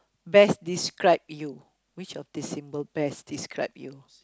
best describe you